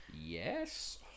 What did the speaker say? Yes